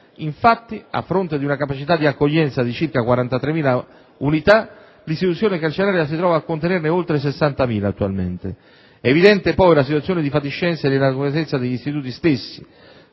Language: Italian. Infatti, a fronte di una capacità di accoglienza di circa 43.000 unità, l'istituzione carceraria si trova a contenerne oltre 60.000 attualmente. È evidente poi una situazione di fatiscenza e di inadeguatezza degli istituti stessi,